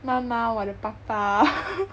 妈妈我的爸爸